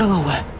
away.